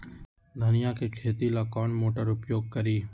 धनिया के खेती ला कौन मोटर उपयोग करी?